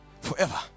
Forever